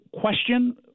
question